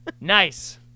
Nice